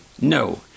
No